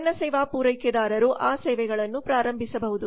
ಸಣ್ಣ ಸೇವಾ ಪೂರೈಕೆದಾರರು ಆ ಸೇವೆಗಳನ್ನು ಪ್ರಾರಂಭಿಸಬಹುದು